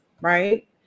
right